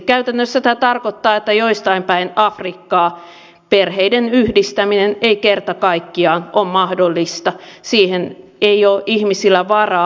käytännössä tämä tarkoittaa että jostain päin afrikkaa perheiden yhdistäminen ei kerta kaikkiaan ole mahdollista siihen ei ole ihmisillä varaa